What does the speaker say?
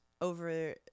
over